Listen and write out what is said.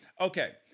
okay